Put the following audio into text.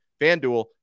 FanDuel